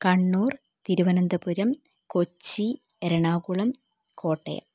Kannur Thiruvananthapuram Kochi Ernakulam Kottayam